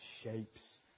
shapes